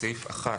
בסעיף 1